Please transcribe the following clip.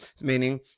meaning